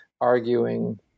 arguing